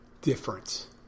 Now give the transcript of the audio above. difference